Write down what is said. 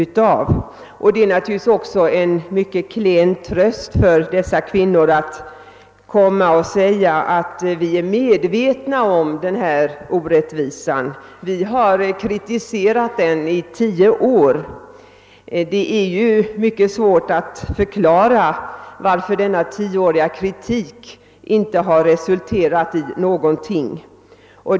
Det är naturligtvis också en mycket klen tröst för dessa kvinnor när vi säger att vi är medvetna om den föreliggande orättvisan och att vi har kritiserat den under tio år. Det är svårt att förklara varför denna tioåriga kritik inte har resulterat i någonting.